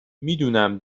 میدونم